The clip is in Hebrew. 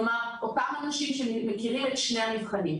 כלומר אותם אנשים שמכירים את שני המבחנים.